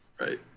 Right